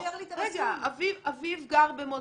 אביו גר במודיעין,